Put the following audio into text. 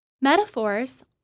Metaphors